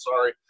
sorry